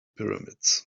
pyramids